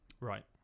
Right